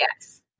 yes